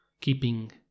keeping